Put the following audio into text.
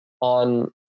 on